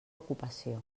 ocupació